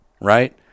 right